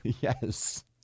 Yes